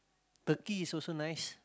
Turkey is also nice